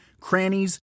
crannies